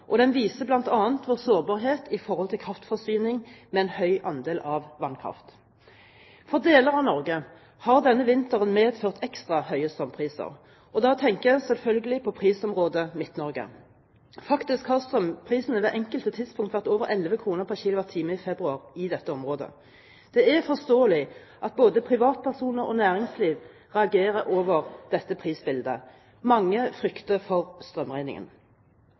Den viser bl.a. vår sårbarhet ved at vi har en kraftforsyning med en høy andel av vannkraft. For deler av Norge har denne vinteren medført ekstra høye strømpriser. Da tenker jeg selvfølgelig på prisområde Midt-Norge. Faktisk har strømprisene på enkelte tidspunkt vært på over 11 kr pr. kWh i februar i dette området. Det er forståelig at både privatpersoner og næringsliv reagerer på dette prisbildet. Mange frykter for strømregningen.